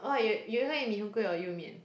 oh you you also eat mee-hoon-kway or 幼面